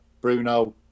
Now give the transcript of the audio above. Bruno